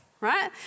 right